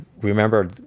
remember